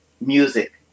Music